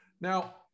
Now